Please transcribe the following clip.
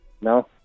No